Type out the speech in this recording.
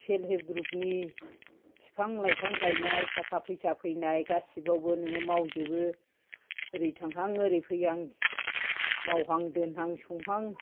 सेल help group नि बिफां लाइफां गायनाय थाखा फैसा फैनाय गासिबावबो नोङो मावजोबो ओरै थांहां ओरै फैहां मावहां दोनहां संहां